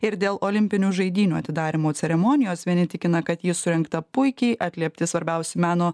ir dėl olimpinių žaidynių atidarymo ceremonijos vieni tikina kad ji surengta puikiai atliepti svarbiausi meno